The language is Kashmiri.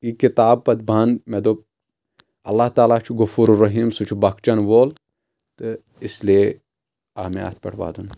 یہِ کِتاب پتہٕ بنٛد مےٚ دوٚپ اللہ تعالیٰ چھُ غفووُر رَحیٖم سُہ چھُ بخشَن وول تہٕ اس لیے آو مےٚ اتھ پٮ۪ٹھ ودُن